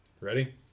Ready